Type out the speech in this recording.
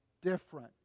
different